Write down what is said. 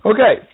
Okay